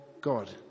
God